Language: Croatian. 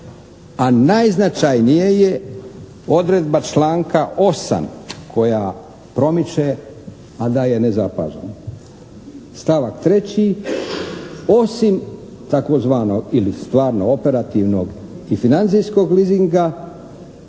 A najznačajnije je odredba članka 8. koja promiče, a da je nezapažena. Stavak 3. "osim tzv. ili stvarno operativnog i financijskog leasinga,